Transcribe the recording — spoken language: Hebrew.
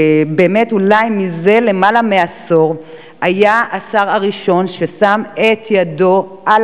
שבאמת היה השר הראשון אולי זה למעלה מעשור ששם את ידו על